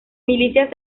milicias